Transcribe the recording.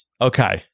Okay